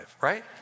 Right